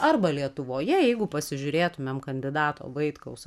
arba lietuvoje jeigu pasižiūrėtumėm kandidato vaitkaus